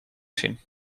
zien